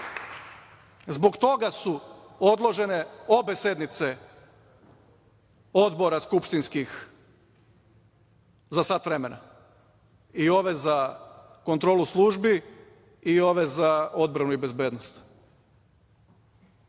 Zbog toga su odložene obe sednice Odbora skupštinskih za sat vremena i ove za kontrolu službi i ove za odbranu i bezbednost.